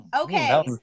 Okay